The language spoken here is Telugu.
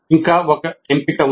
ఇంకా ఒక ఎంపిక ఉంది